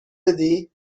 بدی